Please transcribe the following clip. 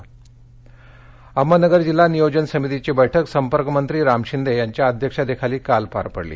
नगर अहमदनगर जिल्हा नियोजन समितीची बैठक पालकमंत्री राम शिंदे यांच्या अध्यक्षतेखाली काल पार पडली